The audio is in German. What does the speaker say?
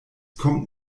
kommt